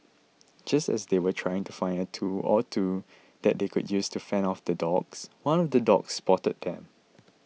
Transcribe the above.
just as they were trying to find a tool or two that they could use to fend off the dogs one of the dogs spotted them